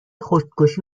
خودکشی